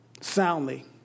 soundly